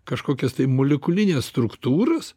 kažkokias tai molekulines struktūras